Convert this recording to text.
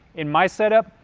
in my setup,